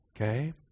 Okay